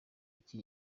iki